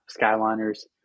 skyliner's